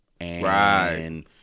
Right